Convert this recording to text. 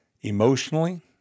Emotionally